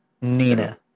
nina